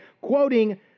quoting